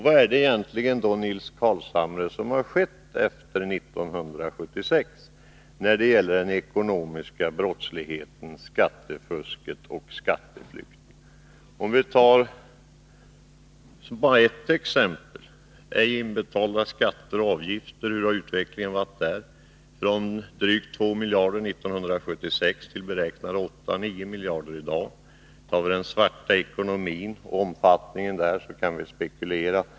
Vad har egentligen skett, Nils Carlshamre, efter 1976 när det gäller den ekonomiska brottsligheten, skattefusket och skatteflykten? Vi kan ta bara ett exempel — ej inbetalda skatter och avgifter. Hur har utvecklingen varit därvidlag? Det rör sig om siffror från drygt 2 miljarder kronor 1976 till beräknade 8-9 miljarder kronor i dag. Vi kan också spekulera över den svarta ekonomin och omfattningen av denna.